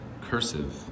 Cursive